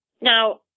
Now